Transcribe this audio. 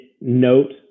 note